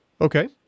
Okay